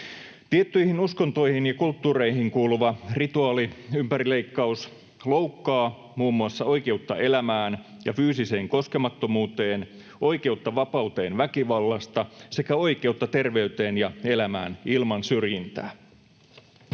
Tiettyihin uskontoihin ja kulttuureihin kuuluva rituaali, ympärileikkaus, loukkaa muun muassa oikeutta elämään ja fyysiseen koskemattomuuteen, oikeutta vapauteen väkivallasta sekä oikeutta terveyteen ja elämään ilman syrjintää.